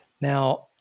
Now